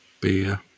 beer